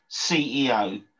CEO